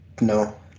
no